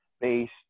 based